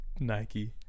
Nike